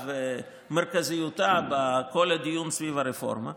ומרכזיותה בכל הדיון סביב הרפורמה,